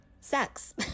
sex